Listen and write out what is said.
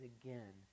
again